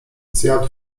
zjadł